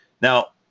Now